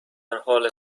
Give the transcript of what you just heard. حال